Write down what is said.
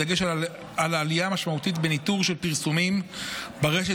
בדגש על עלייה משמעותית בניטור של פרסומים ברשת